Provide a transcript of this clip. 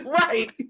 right